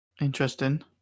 Interesting